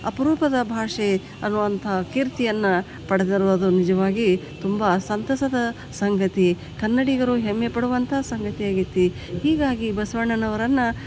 ಅಪರೂಪದ ಭಾಷೆ ಅನ್ನುವಂಥ ಕೀರ್ತಿಯನ್ನು ಪಡೆದರು ಅದು ನಿಜವಾಗಿ ತುಂಬ ಸಂತಸದ ಸಂಗತಿ ಕನ್ನಡಿಗರು ಹೆಮ್ಮೆಪಡುವಂಥ ಸಂಗತಿ ಆಗೈತಿ ಹೀಗಾಗಿ ಬಸವಣ್ಣನವರನ್ನು